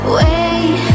wait